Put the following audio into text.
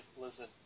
listen